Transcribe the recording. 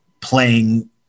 playing